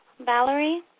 Valerie